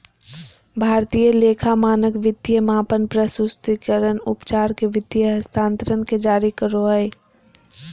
भारतीय लेखा मानक वित्तीय मापन, प्रस्तुतिकरण, उपचार के वित्तीय हस्तांतरण के जारी करो हय